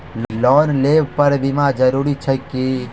Loan लेबऽ पर बीमा जरूरी छैक की?